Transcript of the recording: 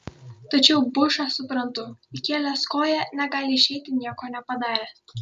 tačiau bušą suprantu įkėlęs koją negali išeiti nieko nepadaręs